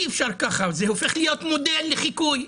אי אפשר ככה, זה הופך להיות מודל לחיקוי.